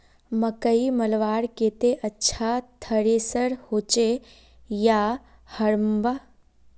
मकई मलवार केते अच्छा थरेसर होचे या हरम्बा?